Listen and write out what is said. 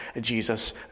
Jesus